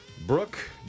Brooke